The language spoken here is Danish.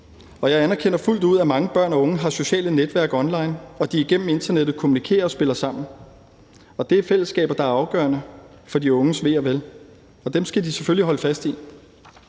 og jeg anerkender fuldt ud, at mange børn og unge har sociale netværk online, og at de igennem internettet kommunikerer og spiller sammen. Det er fællesskaber, der er afgørende for de unges ve og vel, og dem skal de selvfølgelig holde fast i.